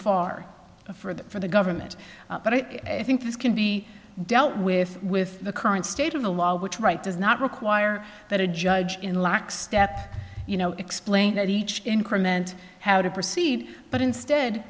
far for that for the government but i think this can be dealt with with the current state of the law which right does not require that a judge in lockstep you know explain that each increment how to proceed but